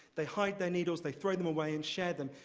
they hide their needles, they throw them away and share them.